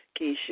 Keisha